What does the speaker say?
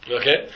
Okay